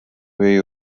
jej